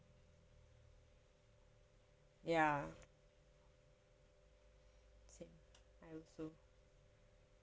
ya same I also